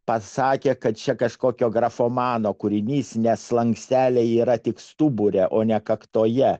pats sakė kad čia kažkokio grafomano kūrinys nes slanksteliai yra tik stubure o ne kaktoje